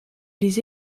les